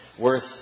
Worth